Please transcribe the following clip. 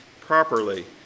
properly